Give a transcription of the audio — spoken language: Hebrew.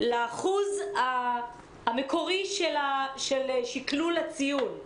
לאחוז המקורי של שקלול הציון.